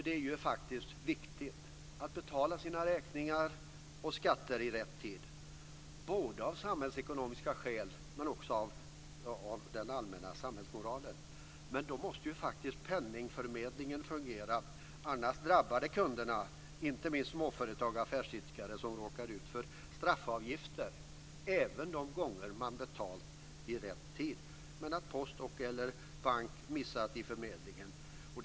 Det är viktigt att betala sina räkningar och skatter i rätt tid, både av samhällsekonomiska skäl och med hänsyn till den allmänna samhällsmoralen. Men då måste penningförmedlingen fungera. Annars drabbas kunderna, inte minst småföretagare och affärsidkare som råkar ut för straffavgifter även när de har betalat i rätt tid och Posten eller banken har missat i förmedlingen.